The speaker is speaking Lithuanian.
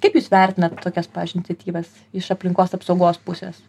kaip jūs vertinat tokias pavyzdžiui iniciatyvas iš aplinkos apsaugos pusės